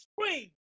scream